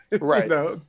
Right